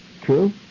True